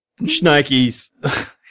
schnikes